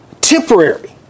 temporary